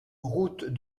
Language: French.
route